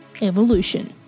Evolution